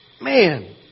Man